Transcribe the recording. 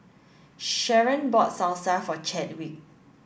Sharen bought Salsa for Chadwick